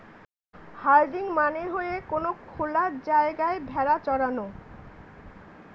herding মানে হয়ে কোনো খোলা জায়গায় ভেড়া চরানো